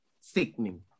sickening